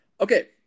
Okay